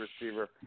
receiver